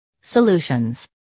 Solutions